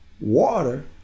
water